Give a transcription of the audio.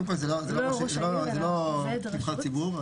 קודם כל זה לא נבחר ציבור,